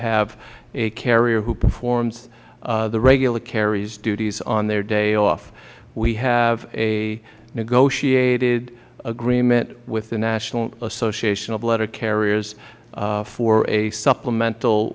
have a carrier who performs the regular carrier's duties on their day off we have a negotiated agreement with the national association of letter carriers for a supplemental